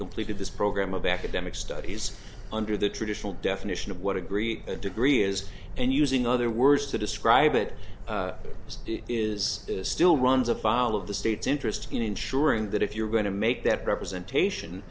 completed this program of academic studies under the traditional definition of what agree a degree is and using other words to describe it as it is still runs afoul of the state's interest in ensuring that if you're going to make that representation